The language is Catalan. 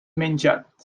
menjat